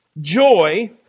Joy